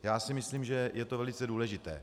Já si myslím, že je to velice důležité.